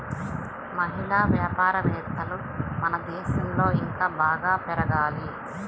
మహిళా వ్యాపారవేత్తలు మన దేశంలో ఇంకా బాగా పెరగాలి